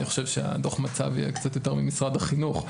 אני חושב שדוח המצב יהיה קצת יותר ממשרד החינוך.